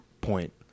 point